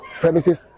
premises